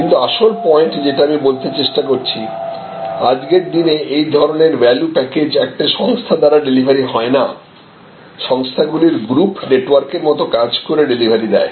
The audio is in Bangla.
কিন্তু আসল পয়েন্ট যেটা আমি বলতে চেষ্টা করছি আজকের দিনে এই ধরনের ভ্যালু প্যাকেজ একটি সংস্থা দ্বারা ডেলিভারী হয়না সংস্থাগুলির গ্রুপ নেটওয়ার্কের মত কাজ করে ডেলিভারি দেয়